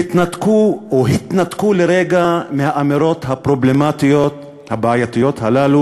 התנתקו לרגע מהאמירות הפרובלמטיות הבעייתיות האלה